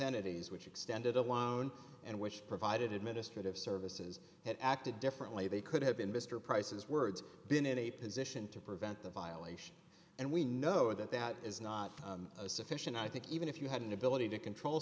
entities which extended alone and which provided administrative services had acted differently they could have been mr prices words been in a position to prevent the violation and we know that that is not sufficient i think even if you had an ability to control